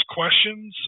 questions